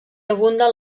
abunden